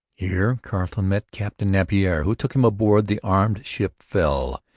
here carleton met captain napier, who took him aboard the armed ship fell,